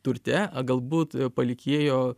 turte galbūt palikėjo